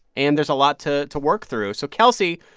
and there's a lot to to work through. so, kelsey,